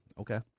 okay